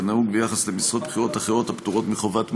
כנהוג ביחס למשרות בכירות אחרות הפטורות מחובת מכרזים,